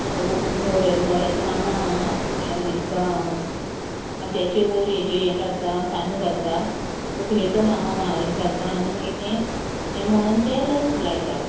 व्हंक न्हवरे न्हवऱ्याचो मामा हेका माथ्याचेर वयर हेजे हे घालता तांदूळ घालता व्हंकलेचो मामा मागीर घालता आनी मागीर तें हें म्हणून ते लग्न लायतात